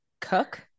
cook